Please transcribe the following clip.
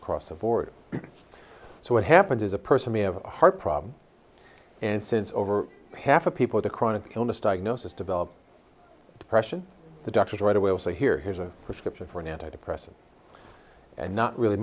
across the board so what happens is a person may have a heart problem and since over half of people the chronic illness diagnosis develop depression the doctor right away also here has a prescription for an anti depressant and not really